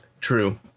True